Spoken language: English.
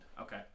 Okay